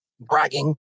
bragging